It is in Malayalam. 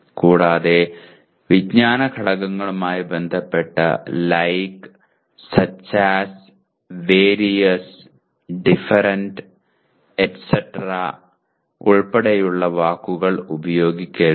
കൂടാതെ വിജ്ഞാന ഘടകങ്ങളുമായി ബന്ധപ്പെട്ട് like such as various different et cetera ഉൾപ്പെടെയുള്ള വാക്കുകൾ ഉപയോഗിക്കരുത്